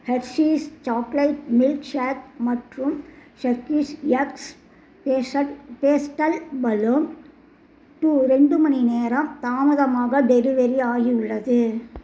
Hershey's chocolate milk shake மற்றும் ஷெர்க்கீஸ் எக்ஸ் பேஸல் பேஸ்டல் பலூன் டூ ரெண்டு மணிநேரம் தாமதமாக டெலிவரி ஆகியுள்ளது